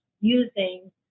using